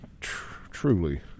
truly